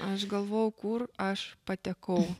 aš galvojau kur aš patekau